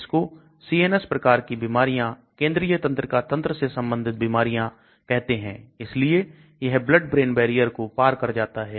इसको CNS प्रकार की बीमारियां केंद्रीय तंत्रिका तंत्र से संबंधित बीमारियां कहते हैं इसलिए यह blood brain barrier को पार कर जाता है